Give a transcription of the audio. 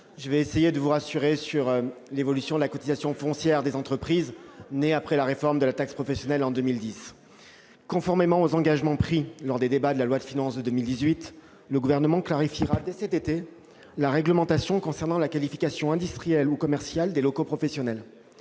je vais essayer de vous rassurer sur l'évolution de la cotisation foncière des entreprises née après la réforme de la taxe professionnelle en 2010. Conformément aux engagements pris lors des débats sur la loi de finances pour 2018, le Gouvernement clarifiera dès cet été la réglementation concernant la qualification industrielle ou commerciale des locaux professionnels.